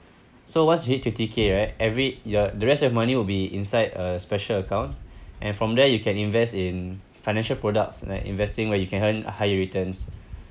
so once you hit twenty K right every year the rest of your money will be inside a special account and from there you can invest in financial products like investing where you can earn higher returns